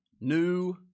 new